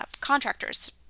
contractors